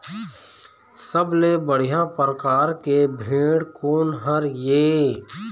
सबले बढ़िया परकार के भेड़ कोन हर ये?